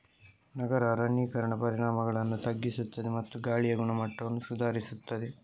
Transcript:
ನಗರ ಅರಣ್ಯೀಕರಣ ಪರಿಣಾಮಗಳನ್ನು ತಗ್ಗಿಸುತ್ತದೆ ಮತ್ತು ಗಾಳಿಯ ಗುಣಮಟ್ಟವನ್ನು ಸುಧಾರಿಸುತ್ತದೆ